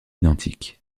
identique